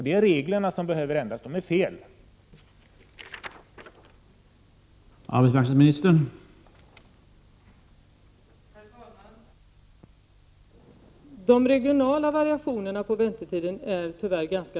Det är reglerna som behöver ändras — de är felaktiga.